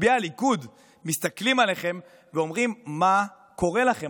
מצביעי הליכוד מסתכלים עליכם ואומרים: מה קורה לכם?